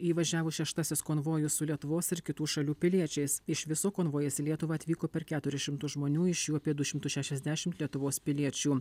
įvažiavo šeštasis konvojus su lietuvos ir kitų šalių piliečiais iš viso konvojais į lietuvą atvyko per keturis šimtus žmonių iš jų apie du šimtus šešiasdešimt lietuvos piliečių